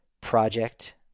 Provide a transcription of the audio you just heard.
project